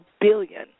billion